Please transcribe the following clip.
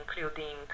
including